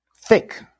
thick